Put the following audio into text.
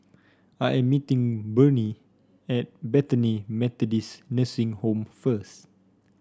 I'm meeting Burney at Bethany Methodist Nursing Home first